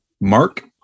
Mark